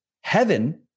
Heaven